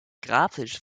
grafisch